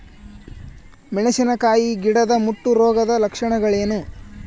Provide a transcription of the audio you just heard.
ಮೆಣಸಿನಕಾಯಿ ಗಿಡದ ಮುಟ್ಟು ರೋಗದ ಲಕ್ಷಣಗಳೇನು?